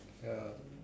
ya